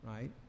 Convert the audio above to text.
right